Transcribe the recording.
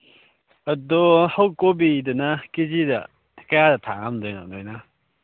ꯑꯗꯣ ꯀꯣꯕꯤꯗꯅ ꯀꯦ ꯖꯤꯗ ꯀꯌꯥꯗ ꯊꯥ ꯉꯝꯗꯣꯏꯅꯣ ꯅꯣꯏꯅ